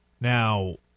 Now